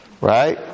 right